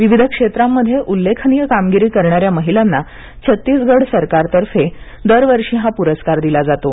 विविध क्षेत्रांमध्ये उल्लेखनीय कामगिरी करणाऱ्या महिलांना छत्तीसगड सरकारतर्फे दरवर्षी हा पुरस्कार दिला जातो